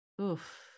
Oof